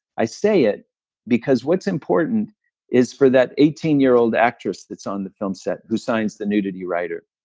i say it because what's important is for that eighteen year old actress that's on the film set who signs the nudity rider,